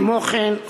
כמו כן,